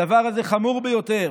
הדבר הזה חמור ביותר.